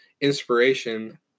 inspiration